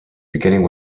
beginning